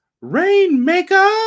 rainmaker